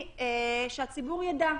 לדעתי שהציבור ידע.